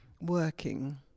working